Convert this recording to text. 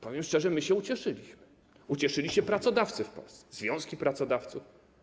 Powiem szczerze, ucieszyliśmy się, ucieszyli się pracodawcy w Polsce, związki pracodawców.